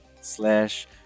slash